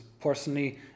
personally